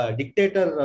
dictator